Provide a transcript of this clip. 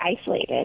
isolated